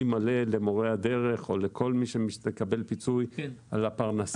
מלא למורי הדרך או לכל מי שמקבל פינוי על הפרנסה.